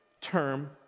term